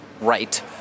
right